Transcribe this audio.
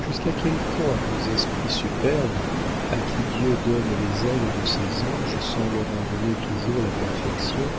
jusqu'à quel point vos esprits superbes à qui dieu donne les ailes de ses anges sans leur en donner toujours la perfection